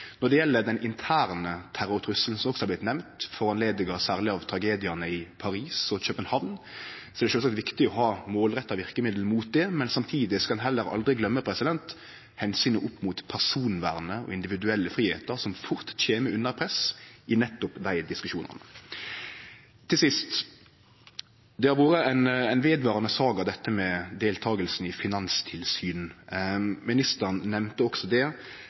Når det gjeld den interne terrortrusselen, som også er vorten nemnd, med utgangspunkt særleg i tragediane i Paris og København, er det sjølvsagt viktig å ha målretta verkemiddel mot det, men samtidig skal ein aldri gløyme omsynet til personvern og individuell fridom, som fort kjem under press i nettopp dei diskusjonane. Til sist: Det har vore ein vedvarande saga, dette med deltakinga i finanstilsyn. Ministeren nemnde også det.